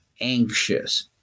anxious